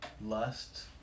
lust